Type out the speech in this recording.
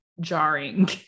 jarring